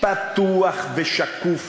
פתוח ושקוף,